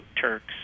turks